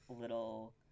little